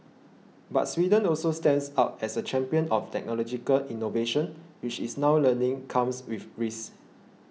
but Sweden also stands out as a champion of technological innovation which it's now learning comes with risks